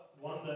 one